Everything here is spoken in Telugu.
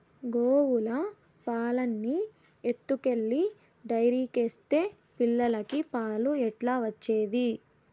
గోవుల పాలన్నీ ఎత్తుకెళ్లి డైరీకేస్తే పిల్లలకి పాలు ఎట్లా వచ్చేది